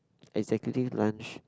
executive lunch